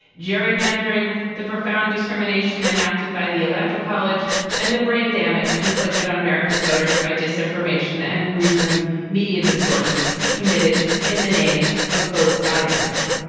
gerrymandering, the profound discrimination enacted by the electoral college and the brand damage inflicted on american voters by disinformation and gruesome media distortions committed in the name of both sides ism.